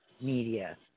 media